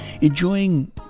enjoying